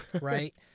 Right